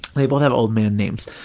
they both have old-man names.